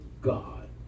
God